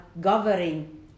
governing